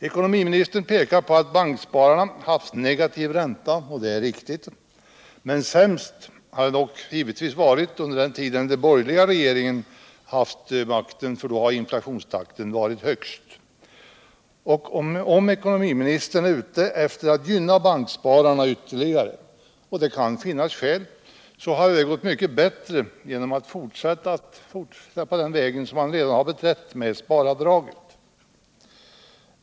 Ekonomiministern pekar på att bankspararna haft negativ ränta, och det är riktigt, men sämst har det givetvis varit under den tid den borgerliga regeringen haft makten, för då har inflationstakten varit högst. Om ekonomiministern är ute efter att ytterligare gynna banksparandet — och det kan finnas skäl därtill — så hade detta gått mycket bättre genom att fortsätta på den väg man redan beträtt med sparavdraget.